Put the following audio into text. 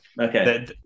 Okay